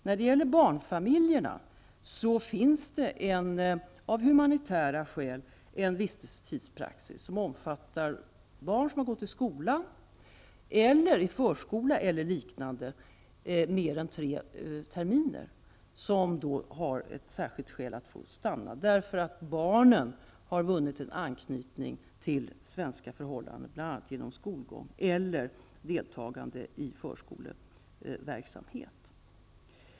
När det gäller barnfamiljerna finns det av humanitära skäl en vistelsetidspraxis, som omfattar barn som har gått i skola, förskola eller liknande i mer än tre terminer. Dessa har särskilt skäl att få stanna. Det beror alltså på att barnen har vunnit en anknytning till svenska förhållanden, bl.a. genom skolgång eller deltagande i förskoleverksamhet.